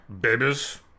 babies